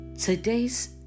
Today's